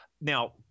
Now